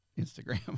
Instagram